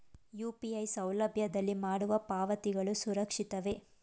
UPI ಸೌಲಭ್ಯದಲ್ಲಿ ಮಾಡುವ ಪಾವತಿಗಳು ಸುರಕ್ಷಿತವೇ?